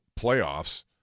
playoffs